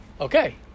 okay